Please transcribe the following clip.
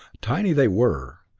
tiny they were,